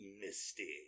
Misty